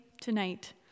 tonight